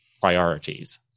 priorities